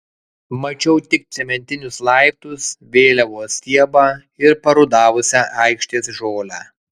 mačiau tik cementinius laiptus vėliavos stiebą ir parudavusią aikštės žolę